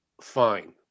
fine